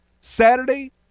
Saturday